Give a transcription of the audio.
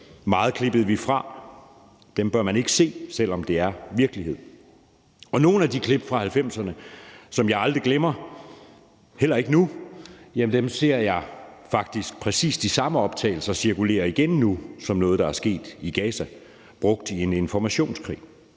Meget klippede vi fra – klip, man ikke bør se, selv om det er virkelighed. Nogle af de klip fra 1990'erne, som jeg aldrig glemmer, heller ikke i dag, ser jeg faktisk nu – og det er præcis de samme optagelser – cirkulere igen som noget, der er sket i Gaza; brugt i en informationskrig.